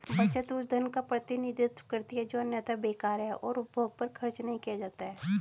बचत उस धन का प्रतिनिधित्व करती है जो अन्यथा बेकार है और उपभोग पर खर्च नहीं किया जाता है